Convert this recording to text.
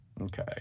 Okay